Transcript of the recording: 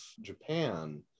Japan